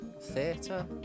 Theatre